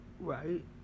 Right